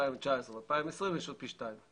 2019 ו-2020 יש עוד פי שניים.